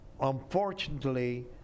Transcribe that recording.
Unfortunately